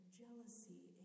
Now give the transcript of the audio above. jealousy